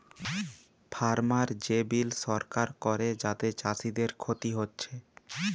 farmer যে bill সরকার করে যাতে চাষীদের ক্ষতি হচ্ছে